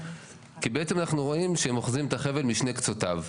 כי בעצם אנחנו רואים שהם אוחזים את החבל משני קצותיו.